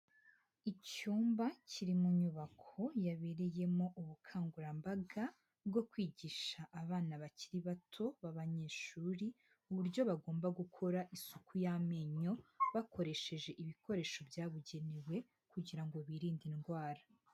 Icyumba kiri mu nyubako yabereyemo ubukangurambaga bwo kwigisha abana bakiri bato b'abanyeshuri, uburyo bagomba gukora isuku y'amenyo, bakoresheje ibikoresho byabugenewe kugira ngo birinde indwara.